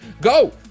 go